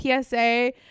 psa